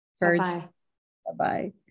Bye-bye